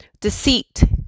deceit